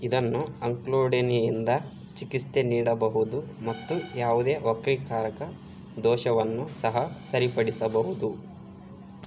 ಇದನ್ನು ಅಂಕ್ಲೂಡಿನಿಯಿಂದ ಚಿಕಿತ್ಸೆ ನೀಡಬಹುದು ಮತ್ತು ಯಾವುದೇ ವಕ್ರೀಕಾರಕ ದೋಷವನ್ನು ಸಹ ಸರಿಪಡಿಸಬಹುದು